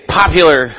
popular